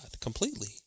completely